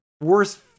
worst